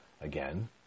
again